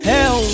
Hell